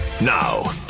Now